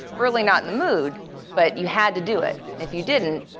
really not in the mood but you had to do it. and if you didn't,